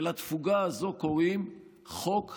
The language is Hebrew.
ולתפוגה הזאת קוראים חוק הבחירות.